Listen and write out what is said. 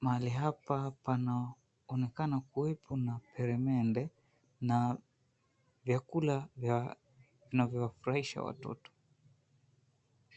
mahali hapa panaonekana kuwepo na peremende na vyakula vinavyowafurahisha watoto.